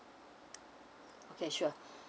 okay sure